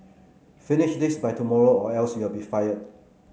finish this by tomorrow or else you'll be fired